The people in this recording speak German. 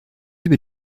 die